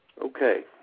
Okay